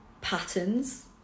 patterns